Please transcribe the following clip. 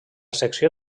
secció